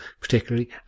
particularly